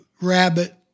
rabbit